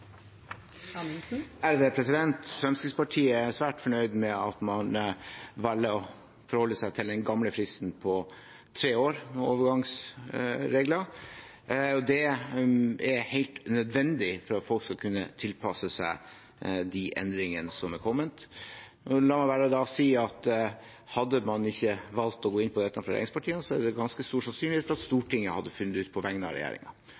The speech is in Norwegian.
svært fornøyd med at man velger å forholde seg til den gamle fristen på tre år når det gjelder overgangsregler. Det er helt nødvendig for at folk skal kunne tilpasse seg de endringene som er kommet. La meg bare si at hadde man ikke valgt å gå inn på dette fra regjeringspartiene, er det ganske stor sannsynlighet for at Stortinget hadde funnet det ut på vegne av